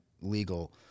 legal